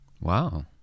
Wow